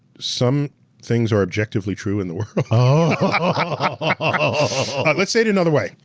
some things are objectively true in the world. ah let's say it another way.